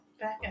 back